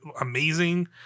amazing